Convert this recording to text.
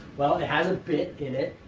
well, it has a bit in it,